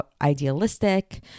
idealistic